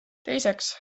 teiseks